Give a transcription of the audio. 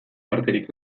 parterik